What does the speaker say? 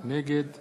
נגד